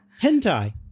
hentai